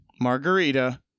Margarita